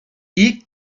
i̇lk